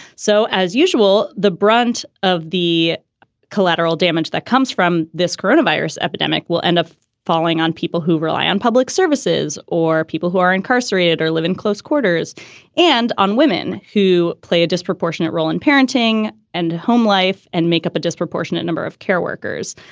so, as usual, the brunt of the collateral damage that comes from this coronavirus epidemic will end up falling on people who rely on public services or people who are incarcerated or live in close quarters and on women who play a disproportionate role in parenting and home life and make up a disproportionate number of care workers.